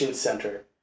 Center